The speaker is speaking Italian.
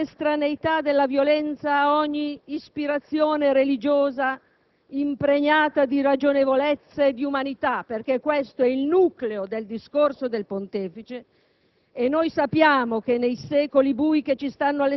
Se il Pontefice ha detto che la radicale estraneità della violenza ad ogni ispirazione religiosa impregnata di ragionevolezza e di umanità, perché questo è il nucleo del discorso del Pontefice